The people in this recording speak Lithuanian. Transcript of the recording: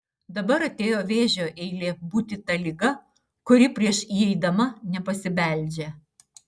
dabar atėjo vėžio eilė būti ta liga kuri prieš įeidama nepasibeldžia